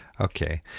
Okay